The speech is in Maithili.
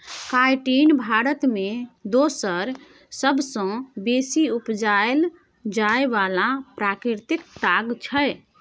काइटिन भारत मे दोसर सबसँ बेसी उपजाएल जाइ बला प्राकृतिक ताग छै